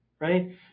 right